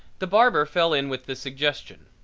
the barber fell in with the suggestion.